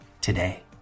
today